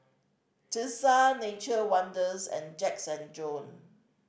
Tesla Nature Wonders and Jacks and Jone